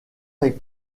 est